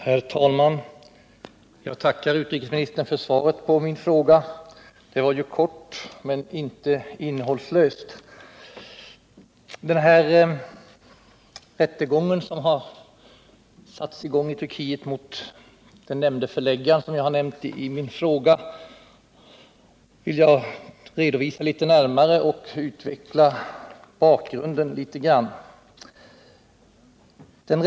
Herr talman! Jag tackar utrikesministern för svaret på min fråga. Det var ju kort men inte innehållslöst. Jag vill litet närmare redovisa omständigheterna kring den rättegång som satts i gång i Turkiet mot den förläggare jag omnämnt i min fråga, och jag vill även litet närmare utveckla bakgrunden därtill.